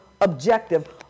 objective